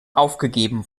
aufgegeben